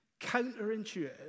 counterintuitive